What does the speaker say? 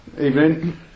evening